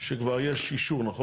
שכבר יש אישור, נכון?